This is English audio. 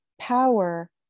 power